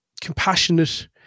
compassionate